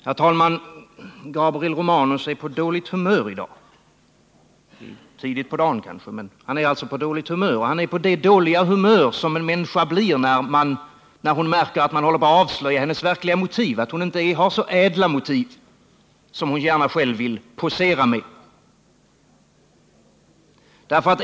Herr talman! Gabriel Romanus är på dåligt humör i dag. Det är ju tidigt på dagen. Men han är på det dåliga humör som en människa blir, när hon märker att man håller på att avslöja hennes verkliga motiv — att hon inte har så ädla motiv som hon gärna själv vill posera med.